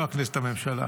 לא הכנסת, הממשלה.